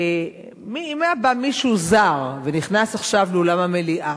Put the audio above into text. שאם היה בא מישהו זר ונכנס עכשיו לאולם המליאה,